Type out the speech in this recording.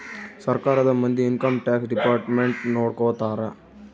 ಸರ್ಕಾರದ ಮಂದಿ income tax department ನೊಡ್ಕೋತರ